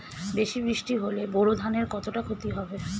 বেশি বৃষ্টি হলে বোরো ধানের কতটা খতি হবে?